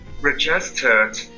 registered